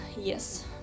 yes